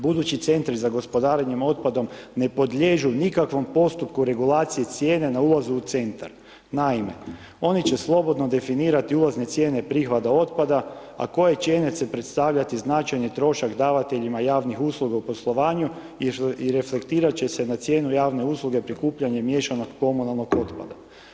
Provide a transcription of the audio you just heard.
Budući centri za gospodarenje s otpadom ne podliježu nikakvom postupku regulacije cijene na ulazu u centar, naime, oni će slobodno definirati ulazne cijene prihvate otpada, a koje cijene će predstavljati značajan trošak davateljima javnih usluga u poslovanju i reflektirat će se na cijenu javne usluge prikupljanja miješanog komunalnog otpada.